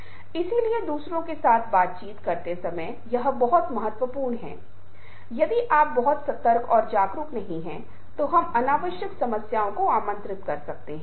और social media और network के आगमन के साथ काम करते हैं जो सोशल मीडिया द्वारा मध्यस्थता करते हैं दुनिया भर में तेजी से संचार के बहुत जटिल नेटवर्क तेजी से संचार करते हैं